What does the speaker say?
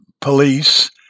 police